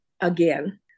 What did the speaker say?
again